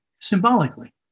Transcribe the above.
symbolically